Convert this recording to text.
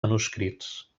manuscrits